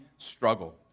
struggle